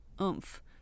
oomph